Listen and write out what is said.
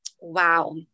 Wow